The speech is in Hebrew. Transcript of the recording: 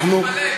נכון,